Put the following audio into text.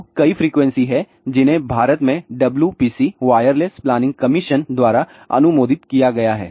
तो कई फ्रीक्वेंसी हैं जिन्हें भारत में WPC वायरलेस प्लानिंग कमीशन द्वारा अनुमोदित किया गया है